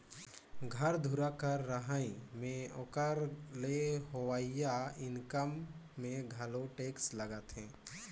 घर दुवार कर रहई में ओकर ले होवइया इनकम में घलो टेक्स लागथें